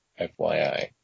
FYI